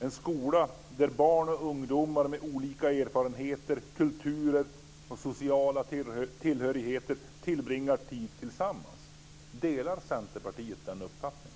en skola där barn och ungdomar med olika erfarenheter, kulturer och sociala tillhörigheter tillbringar tid tillsammans. Delar Centerpartiet den uppfattningen?